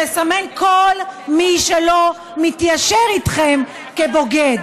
אלא לסמן כל מי שלא מתיישר איתכם כבוגד.